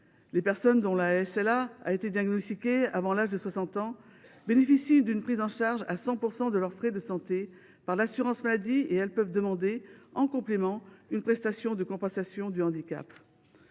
Les personnes dont la SLA a été diagnostiquée avant l’âge de 60 ans bénéficient d’une prise en charge à 100 % de leurs frais de santé par l’assurance maladie, et elles peuvent demander en complément une prestation de compensation du handicap.